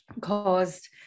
caused